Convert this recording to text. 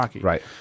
right